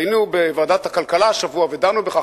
היינו בוועדת הכלכלה השבוע ודנו בכך,